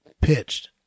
pitched